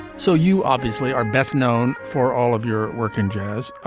so you obviously are best known for all of your work in jazz.